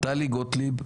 טלי גוטליב,